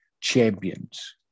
champions